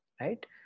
right